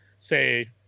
Say